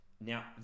Now